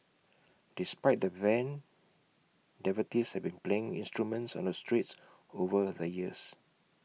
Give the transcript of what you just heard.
despite the ban devotees have been playing instruments on the streets over the years